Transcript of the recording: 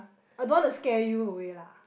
I don't want to scare you away lah